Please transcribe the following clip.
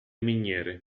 miniere